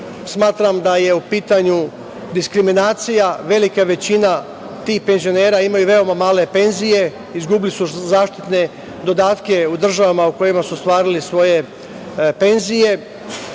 Smatram da je u pitanju diskriminacija. Velika većina tih penzionera imaju veoma male penzije, izgubili su zaštitne dodatke u državama u kojima su ostvarili svoje penzije.